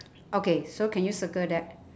okay so can you circle that